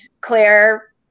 Claire